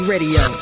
Radio